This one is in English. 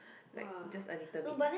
like just a little bit